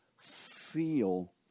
Feel